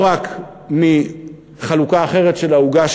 לא רק מחלוקה אחרת של העוגה,